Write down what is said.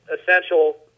essential